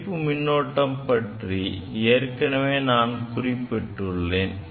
கழிப்பு மின்னோட்டம் பற்றி ஏற்கனவே நான் குறிப்பிட்டுள்ளேன்